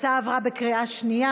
ההצעה עברה בקריאה שנייה.